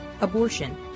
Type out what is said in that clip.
abortion